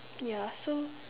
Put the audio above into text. ya so